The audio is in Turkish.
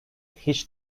hiç